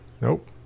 Nope